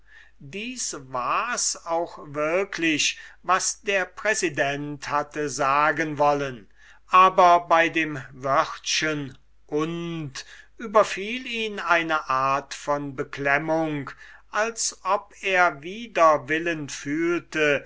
dies war's auch wirklich was der präsident hatte sagen wollen aber bei dem wörtchen und überfiel ihn eine art von beklemmung als ob er wider willen fühlte